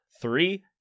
Three